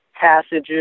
passages